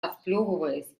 отплевываясь